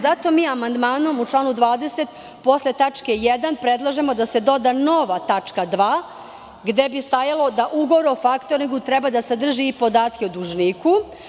Zato mi amandmanom u 20, posle tačke 1, predlažemo da se doda nova tačka 2. gde bi stajalo da ugovor o faktoringu treba da sadrži i podatke o dužniku.